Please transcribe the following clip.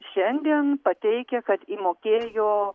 šiandien pateikia kad įmokėjo